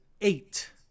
eight